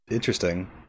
interesting